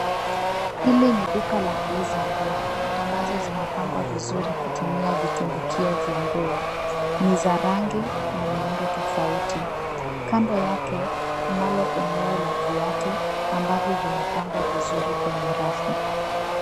Hili ni duka la kuuza nguo ambazo zimepangwa vizuri kutumia vitundukio vya nguo. Ni za rangi na miundo tofauti. Kando yake kunalo eneo la viatu ambavyo vimepangwa vizuri kwenye rafu.